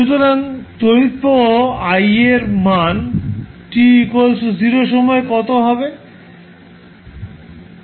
সুতরাং তড়িৎ প্রবাহ I এর মান t 0 সময়ে কত হবে